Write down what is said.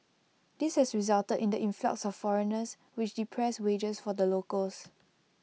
this has resulted in the influx of foreigners which depressed wages for the locals